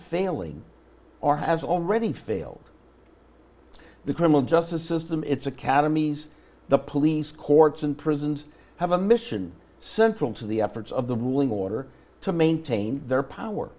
failing or has already failed the criminal justice system its academies the police courts and prisons have a mission central to the efforts of the ruling order to maintain their power